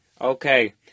Okay